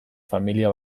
familia